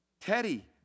Teddy